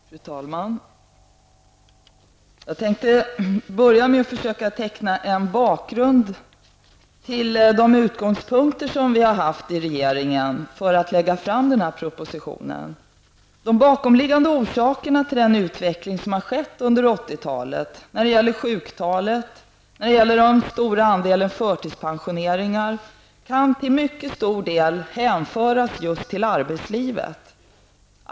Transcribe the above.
Fru talman! Jag tänkte börja med att försöka teckna en bakgrund till de utgångspunkter som vi i regeringen hade när vi lade fram den här propositionen. De bakomliggande orsakerna till den utveckling som har skett under 1980-talet när det gäller både sjuktalet och det stora antalet förtidspensioneringar kan till mycket stor del hänföras just till arbetslivet.